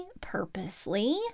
purposely